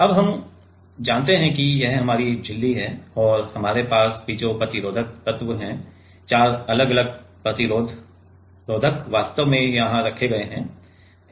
अब हम जानते हैं कि यह हमारी झिल्ली है और हमारे यहां पीजो प्रतिरोधक तत्व हैं चार अलग अलग प्रतिरोधक वास्तव में यहां रखे गए हैं